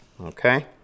Okay